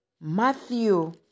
Matthew